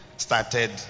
Started